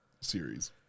series